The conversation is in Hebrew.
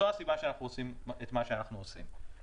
זאת הסיבה שאנחנו עושים את מה שאנחנו עושים.